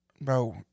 bro